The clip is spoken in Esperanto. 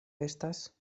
estas